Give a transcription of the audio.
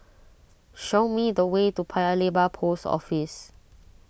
show me the way to Paya Lebar Post Office